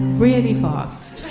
really fast.